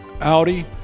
Audi